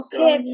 Okay